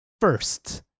first